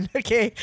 okay